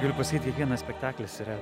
galiu pasakyt kiekvienas spektaklis yra